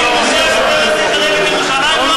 אני לא קראתי לך קריאות ביניים.